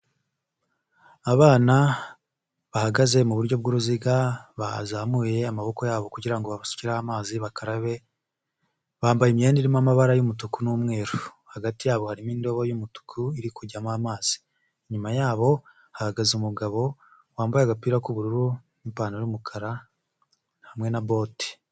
Abana bahagaze mu buryo bwuruziga bazamuye amaboko yabo, kugira ngo basukiho amazi bakarabe, bambaye imyenda irimo amabara y'umutuku n'umweru, hagati yabo harimo indobo y'umutuku iri kujyamo amazi, inyuma yabo hagaze umugabo wambaye agapira k'ubururu n'ipantaro y'umukara hamwe na bote.